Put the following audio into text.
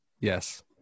yes